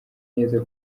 neza